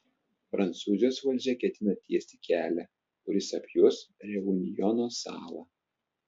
prancūzijos valdžia ketina tiesti kelią kuris apjuos reunjono salą